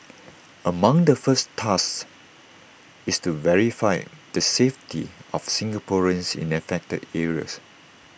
among the first tasks is to verify the safety of Singaporeans in affected areas